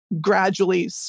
gradually